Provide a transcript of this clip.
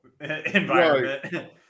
environment